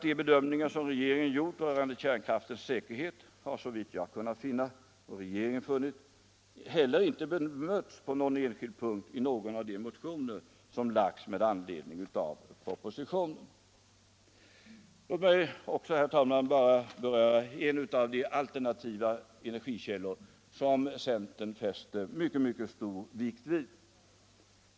De bedömningar som regeringen har gjort rörande kärnkraftens säkerhet har inte på någon enskild punkt bemötts i någon av de motioner som har väckts med anledning av propositionen. Låt mig, herr talman, beröra en av de alternativa energikällor som centern fäster mycket stor vikt vid.